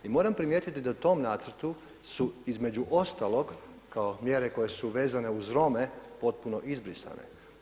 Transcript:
I moram primijetiti da u tom nacrtu su između ostalog kao mjere koje su vezane uz Rome potpuno izbrisane.